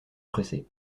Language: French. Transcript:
presser